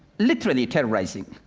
literally terrorizing.